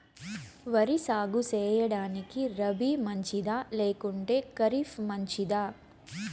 వరి సాగు సేయడానికి రబి మంచిదా లేకుంటే ఖరీఫ్ మంచిదా